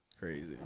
Crazy